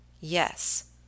Yes